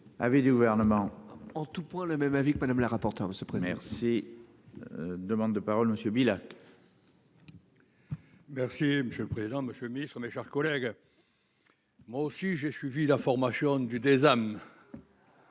Avis du gouvernement, en tous points le même avis que Madame la rapporteure de ces primaires ses. Demandes de parole, monsieur Villach. Merci monsieur le président, Monsieur le Ministre, mes chers collègues. Moi aussi j'ai suivi la formation du des